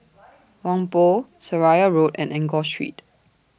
Whampoa Seraya Road and Enggor Street